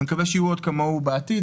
אני מקווה שיהיו עוד כמוהו בעתיד.